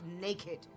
naked